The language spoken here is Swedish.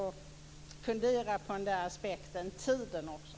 Fundera på aspekten tiden också!